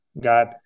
got